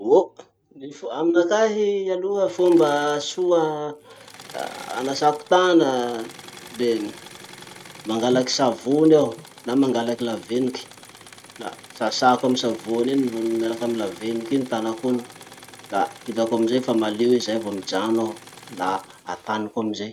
Oh ny- aminakahy aloha, fomba soa anasako tana le mangalaky savony aho na mangalaky lavenoky, la sasako amy savony iny no miaraky amy lavenoky iny tanako iny, la hitako amizay fa malio zay vo mijano aho. La ataniko amizay.